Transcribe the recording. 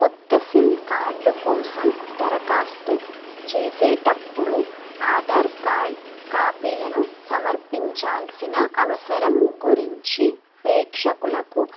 కొత్త SIM card కోసం దరఖాస్తు చేసేటప్పుడు ఆధార్ కార్డ్ కాపీలను సమర్పించాల్సిన అవసరం గురించి ప్రేక్షకులకు